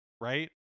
right